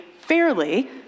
fairly